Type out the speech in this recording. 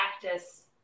practice